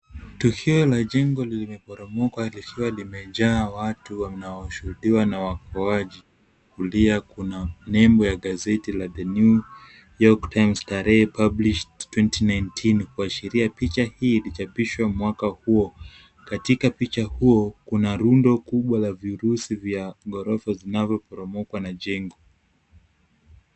Tukio la jengo lenye limeporomoka likiwa limejaa watu wanaoshuhudia na wakoaji. Kulia kuna nembo ya gazeti la The New york times tarehe published twenty nineteen kuashiria picha hii ilichapishwa mwaka huo. Katika picha huo kuna rundo kubwa la virusi vya gorofa zinavyoporomokwa na jengo.